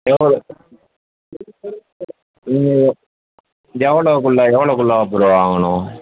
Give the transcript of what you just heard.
எவ்வளோ நீங்கள் எ எவ்வளோக்குள்ள எவ்வளோக்குள்ள வாங்கணும்